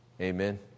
Amen